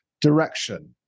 direction